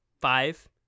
five